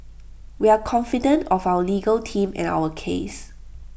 we are confident of our legal team and our case